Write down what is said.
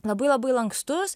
labai labai lankstus